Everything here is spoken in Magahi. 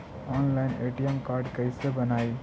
ऑनलाइन ए.टी.एम कार्ड कैसे बनाई?